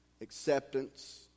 acceptance